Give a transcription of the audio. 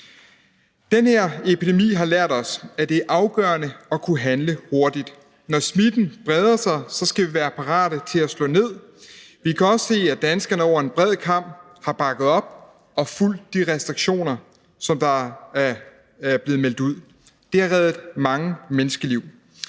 Den her epidemi har lært os, at det er afgørende at kunne handle hurtigt. Når smitten breder sig, skal vi være parate til at slå ned. Vi kan også se, at danskerne over en bred kam har bakket op og fulgt de restriktioner, som der er blevet meldt ud. Det har reddet mange menneskeliv.